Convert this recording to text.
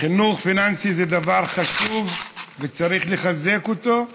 חינוך פיננסי זה דבר חשוב, וצריך לחזק אותו.